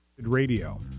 Radio